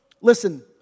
listen